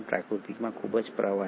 પ્રકૃતિમાં ખૂબ જ પ્રવાહી